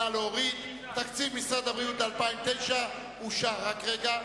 סעיף 67, משרד הבריאות, לשנת 2009, נתקבל.